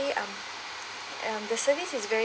um um the service is very